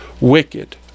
wicked